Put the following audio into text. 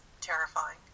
terrifying